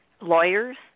lawyers